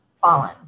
fallen